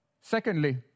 Secondly